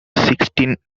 sixteen